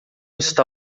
está